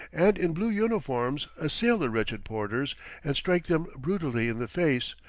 and in blue uniforms, assail the wretched porters and strike them brutally in the face,